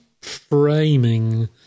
framing